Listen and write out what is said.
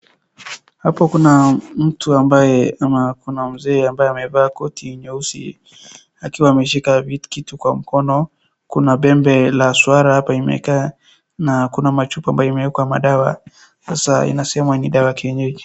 Hapo kuna mtu ambaye ama kuna mzee ambaye amevaa koti nyeusi akiwa ameshika kitu kwa mkono. Kuna pembe ya swara hapa imekaa na kuna machupa ambayo imewekwa madawa. Sasa inasemwa ni dawa ya kienyeji.